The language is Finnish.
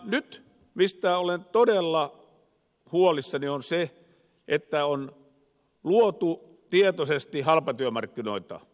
nyt mistä olen todella huolissani on se että on luotu tietoisesti halpatyömarkkinoita